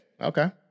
Okay